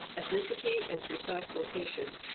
ethnicity, and precise location.